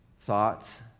thoughts